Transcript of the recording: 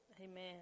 Amen